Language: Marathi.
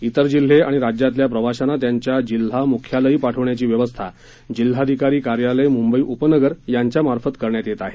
इतर जिल्हे आणि राज्यातल्या प्रवाशांना त्यांच्या जिल्हा मुख्यालयी पाठवण्याची व्यवस्था जिल्हाधिकारी कार्यालय मुंबई उपनगर यांच्यामार्फत करण्यात येत आहे